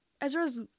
Ezra's